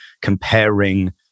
comparing